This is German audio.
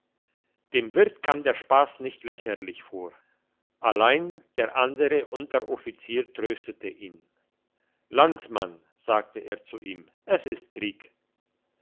dem wirt kam der spass nicht lächerlich vor allein der andere unteroffizier tröstete ihn landsmann sagte er zu ihm es ist krieg